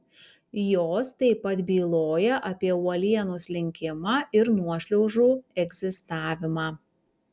jos taip pat byloja apie uolienų slinkimą ir nuošliaužų egzistavimą